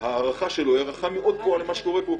להיות --- ההערכה שלו היא מאוד כבוהה לגבי מה שקורה פה.